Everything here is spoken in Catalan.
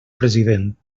president